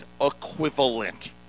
equivalent